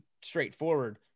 straightforward